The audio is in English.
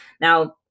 Now